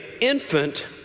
infant